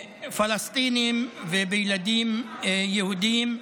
פלסטינים, ובילדים יהודים,